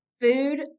Food